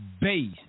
base